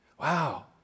Wow